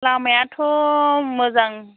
लामायथ' मोजां